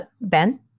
Ben